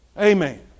Amen